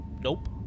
nope